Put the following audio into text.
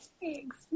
Thanks